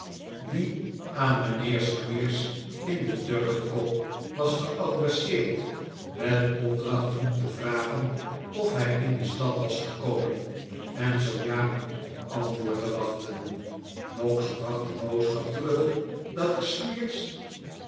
die aan mijnheer squeers in de turkenkop was geadresseerd met opdracht om te vragen of hij in de stad was gekomen en zoo ja op antwoord te wachten noggs bracht de boodschap terug dat